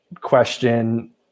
question